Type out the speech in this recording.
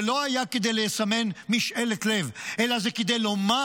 זה לא היה כדי לסמן משאלת לב, אלא זה כדי לומר: